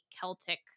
Celtic